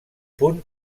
punt